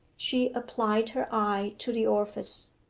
she applied her eye to the orifice.